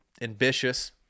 ambitious